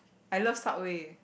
I love subway